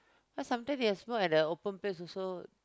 ah sometimes they smoke at the open place also